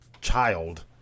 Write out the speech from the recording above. child